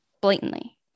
blatantly